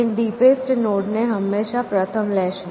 તે ડીપેસ્ટ નોડને હંમેશાં પ્રથમ લેશે